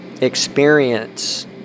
experience